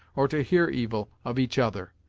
or to hear evil of each other.